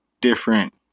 different